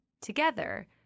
Together